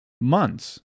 months